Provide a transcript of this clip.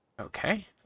Okay